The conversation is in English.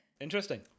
Interesting